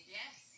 yes